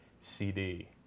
CD